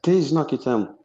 tai žinokite